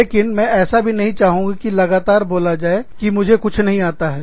लेकिन मैं ऐसा भी नहीं चाहूँगी कि लगातार बोला जाए कि मुझे कुछ नहीं आता है